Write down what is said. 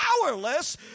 Powerless